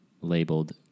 labeled